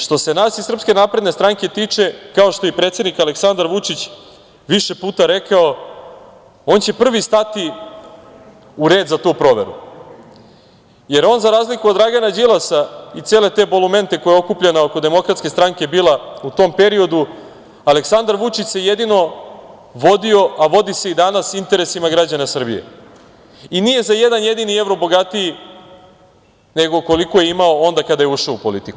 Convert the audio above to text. Što se nas iz SNS tiče, kao što je i predsednik Aleksandar Vučić više puta rekao, on će prvi stati u red za tu proveru, jer on za razliku od Dragana Đilasa i cele te bolumente koja je okupljena oko Demokratske stranke bila u tom periodu, Aleksandar Vučić se jedino vodio, a vodi se i danas interesima građana Srbije i nije za jedan jedini evro bogatiji nego koliko je imao onda kada je ušao u politiku.